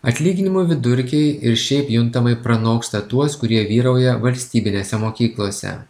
atlyginimų vidurkiai ir šiaip juntamai pranoksta tuos kurie vyrauja valstybinėse mokyklose